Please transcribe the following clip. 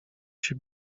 się